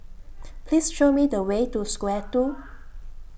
Please Show Me The Way to Square two